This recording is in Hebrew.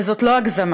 וזאת לא הגזמה.